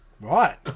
right